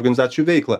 organizacijų veiklą